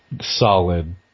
solid